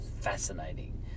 fascinating